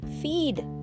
feed